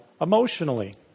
emotionally